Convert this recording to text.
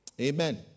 Amen